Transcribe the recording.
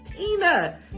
Tina